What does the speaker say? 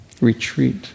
retreat